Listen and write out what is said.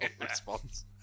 response